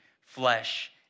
flesh